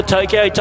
Tokyo